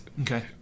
Okay